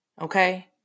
Okay